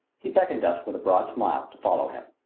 he beckoned us, with a broad smile, to follow him.